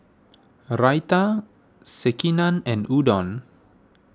Raita Sekihan and Udon